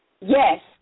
Yes